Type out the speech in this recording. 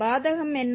பாதகம் என்ன